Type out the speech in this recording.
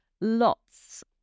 lots